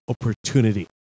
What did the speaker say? opportunity